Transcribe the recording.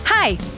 Hi